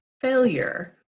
failure